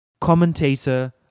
commentator